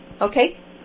Okay